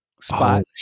spot